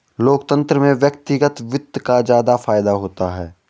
लोकतन्त्र में व्यक्तिगत वित्त का ज्यादा फायदा होता है